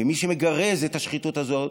ומי שמגרז את השחיתות הזאת